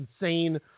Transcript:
insane